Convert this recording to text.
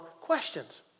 questions